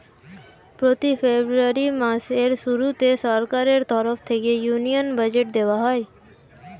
প্রতি ফেব্রুয়ারি মাসের শুরুতে সরকারের তরফ থেকে ইউনিয়ন বাজেট দেওয়া হয়